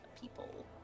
people